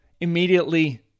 immediately